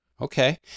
Okay